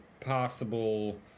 possible